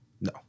No